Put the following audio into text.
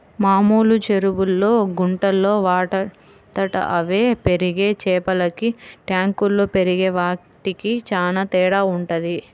మామూలు చెరువుల్లో, గుంటల్లో వాటంతట అవే పెరిగే చేపలకి ట్యాంకుల్లో పెరిగే వాటికి చానా తేడా వుంటది